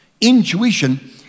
Intuition